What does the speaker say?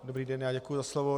Dobrý den, děkuji za slovo.